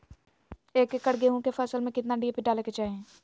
एक एकड़ गेहूं के फसल में कितना डी.ए.पी डाले के चाहि?